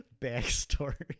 backstory